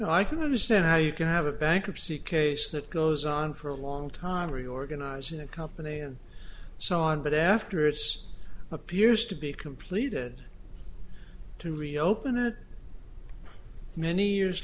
i can understand how you can have a bankruptcy case that goes on for a long time reorganizing the company and so on but after it's appears to be completed to reopen it many years